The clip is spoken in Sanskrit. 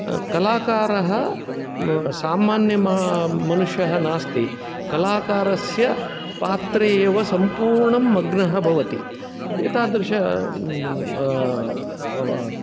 कलाकारः सामान्य मनुष्यः नास्ति कलाकारस्य पात्रे एव सम्पूर्णं मग्नः भवति एतादृश्